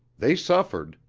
they suffered,